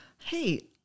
hey